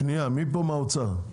מי זה מהאוצר?